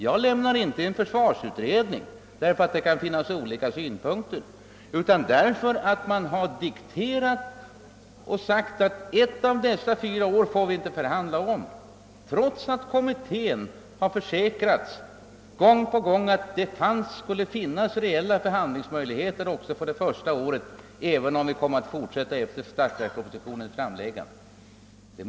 Jag lämnade försvarsutredningen därför att man har dikterat att vi inte fick för handla om ett av de fyra år överenskommelsen skulle omfatta, trots att kommittén gång på gång försäkrats att det skulle finnas reella förhandlingsmöjligheter också för det första året. Detta även om arbetet kom att fortsätta efter = statsverkspropositionens framläggande.